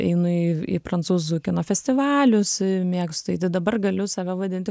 einu į į prancūzų kino festivalius mėgstu eiti dabar galiu save vadinti